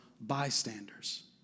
bystanders